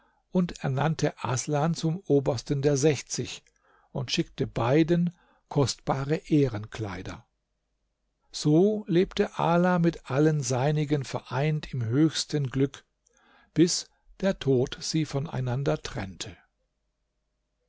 und ernannte aßlan zum obersten der sechzig und schickte beiden kostbare ehrenkleider so lebte ala mit allen seinigen vereint im höchsten glück bis der tod sie voneinander trennte